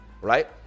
right